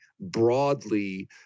broadly